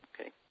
Okay